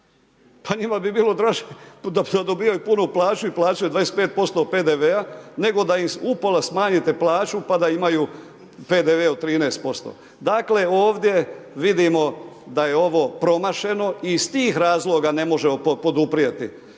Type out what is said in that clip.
Pa njima bi bilo draže da dobijaju punu plaću i plaćaju 25% PDV-a, nego da im upola smanjite plaću pa da imaju PDV od 13%. Dakle ovdje vidimo da je ovo promašeno i iz tih razloga ne možemo poduprijeti